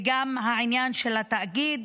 וגם העניין של התאגיד.